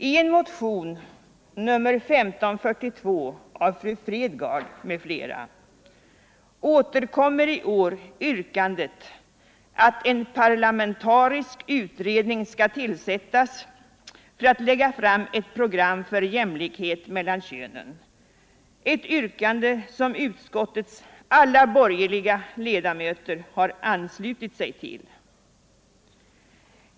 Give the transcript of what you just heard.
I en motion, nr 1542, av fru Fredgardh m.fl. återkommer i år yrkandet att en parlamentarisk utredning skall tillsättas för att lägga fram ett program för jämlikhet mellan könen, ett yrkande som utskottets alla borgerliga ledamöter har anslutit sig till.